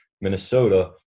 Minnesota